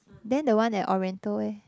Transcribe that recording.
then the one at Oriental eh